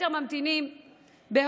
והיתר נמצאים בהודו,